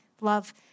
love